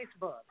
Facebook